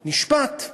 נשפט,